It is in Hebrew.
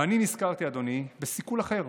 ואני נזכרתי, אדוני, בסיכול אחר.